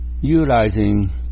utilizing